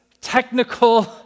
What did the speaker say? technical